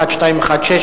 מס' 1216,